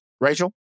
Rachel